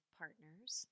partners